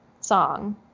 song